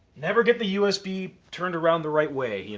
never get the usb turned around the right way.